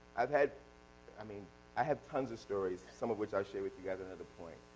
i've had i mean i have tons of stories, some of which i'll share with you guys another point.